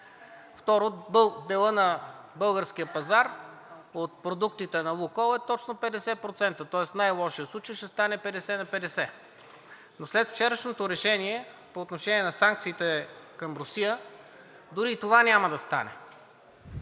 Второ, делът на българския пазар от продуктите на „Лукойл“ е точно 50%, тоест в най-лошия случай ще стане 50 на 50. Но след вчерашното решение по отношение на санкциите към Русия, дори и това няма да стане,